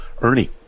Ernie